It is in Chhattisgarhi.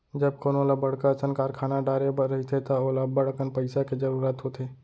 जब कोनो ल बड़का असन कारखाना डारे बर रहिथे त ओला अब्बड़कन पइसा के जरूरत होथे